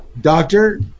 Doctor